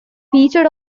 featured